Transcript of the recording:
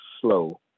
slow